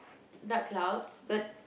dark clouds but